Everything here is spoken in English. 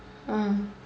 ah